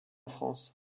france